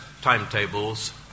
timetables